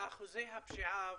אחוזי הפשיעה